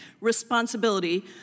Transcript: responsibility